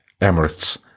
Emirates